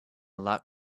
lot